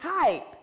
type